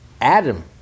Adam